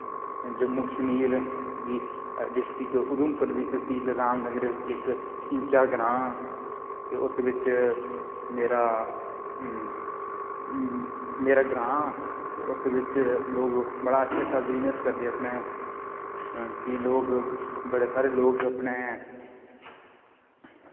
जम्मू कश्मीर दी डिस्टिक उधमपुर दी तसील राम नगर बिच्च इक कूचां ग्रांऽ ते उत्त बिच्च मेरा मेरा ग्रां उत्त बिच्च लोग बड़ा अच्छा अच्छा बिजनस करदे अपनैं केंई लोग बड़े सारे लोग अपनैं